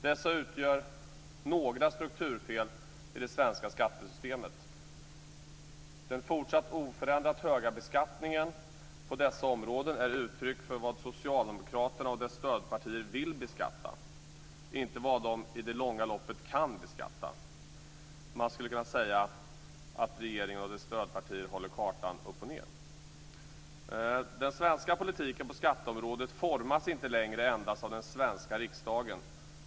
Dessa utgör några strukturfel i det svenska skattesystemet. Den fortsatt oförändrat höga beskattningen på dessa områden är ett uttryck för vad Socialdemokraterna och dess stödpartier vill beskatta, inte vad de i det långa loppet kan beskatta. Man skulle kunna säga att regeringen och dess stödpartier håller kartan uppochner. Den svenska politiken på skatteområdet formas inte längre endast av den svenska riksdagen.